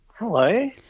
Hello